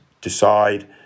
decide